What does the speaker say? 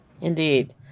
Indeed